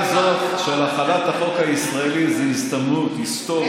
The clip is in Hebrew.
שהסוגיה הזאת של החלת החוק הישראלי זה הזדמנות היסטורית,